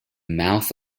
mouth